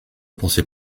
pensais